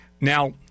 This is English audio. Now